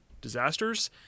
disasters